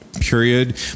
period